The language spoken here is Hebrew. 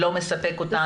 לא מספק אותנו,